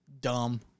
dumb